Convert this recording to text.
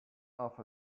off